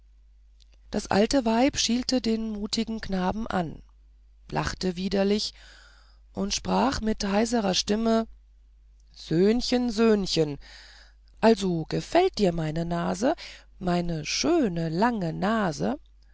das alte weib schielte den mutigen knaben an lachte widerlich und sprach mit heiserer stimme söhnchen söhnchen also gefällt dir meine nase meine schöne lange nase